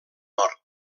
nord